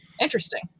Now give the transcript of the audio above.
interesting